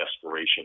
desperation